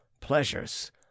pleasures